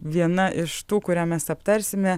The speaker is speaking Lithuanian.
viena iš tų kurią mes aptarsime